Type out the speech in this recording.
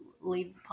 leave